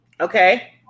Okay